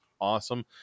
awesome